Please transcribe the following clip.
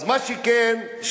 מה שכן,